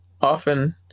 often